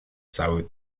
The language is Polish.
cały